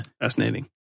Fascinating